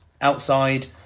outside